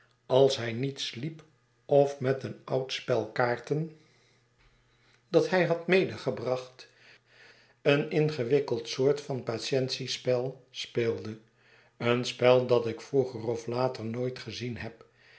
als hij niet sliep of met een oud spel kaarten dat hij had medegebracht een ingewikkeld soort van patientiespel speelde een spel dat ik vroeger of later nooit gezien heb